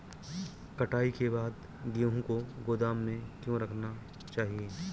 कटाई के बाद गेहूँ को गोदाम में क्यो रखना चाहिए?